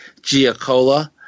Giacola